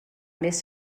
més